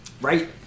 Right